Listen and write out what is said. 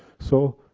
so,